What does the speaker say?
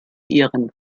ihren